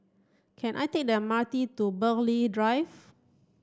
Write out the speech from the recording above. can I take the M R T to Burghley Drive